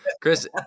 Chris